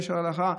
גשר ההלכה,